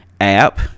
app